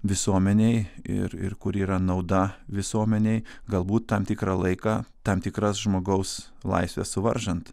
visuomenei ir ir kur yra nauda visuomenei galbūt tam tikrą laiką tam tikras žmogaus laisvę suvaržant